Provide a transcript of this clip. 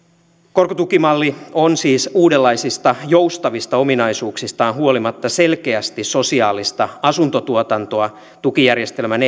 korkotukimalli on siis uudenlaisista joustavista ominaisuuksistaan huolimatta selkeästi sosiaalista asuntotuotantoa tukijärjestelmän